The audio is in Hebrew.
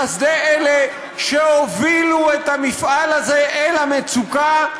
לחסדי אלו שהובילו את המפעל הזה אל המצוקה,